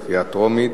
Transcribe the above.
בקריאה טרומית.